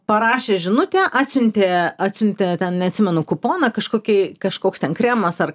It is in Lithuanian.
parašė žinutę atsiuntė atsiuntė ten neatsimenu kuponą kažkokį kažkoks ten kremas ar